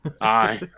Aye